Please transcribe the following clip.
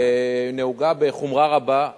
נהוגה בחומרה רבה,